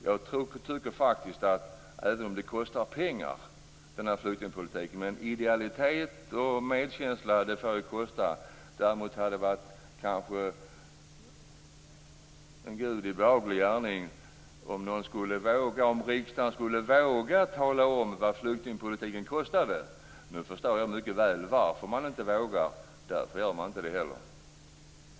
Flyktingpolitiken kostar visserligen pengar, men idealitet och medkänsla får kosta. Däremot hade det kanske varit en Gudi behaglig gärning om riksdagen vågade tala om vad flyktingpolitiken kostar. Nu förstår jag mycket väl varför man inte vågar det, och därför gör man inte heller det.